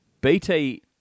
BT